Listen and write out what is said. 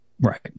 Right